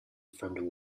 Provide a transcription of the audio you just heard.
from